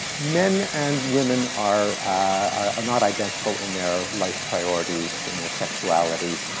men and women are are not identical in their life priorities, in their sexuality,